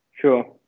Sure